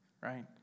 right